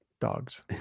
dogs